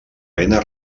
vena